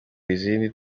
izindi